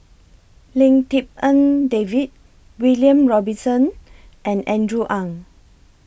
Lim Tik En David William Robinson and Andrew Ang